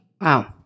Wow